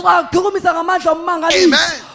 amen